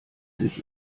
sich